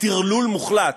כטרלול מוחלט